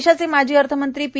देशाचे माजी अर्थमंत्री पी